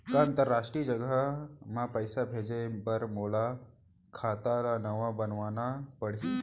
का अंतरराष्ट्रीय जगह म पइसा भेजे बर मोला खाता ल नवा बनवाना पड़ही?